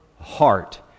heart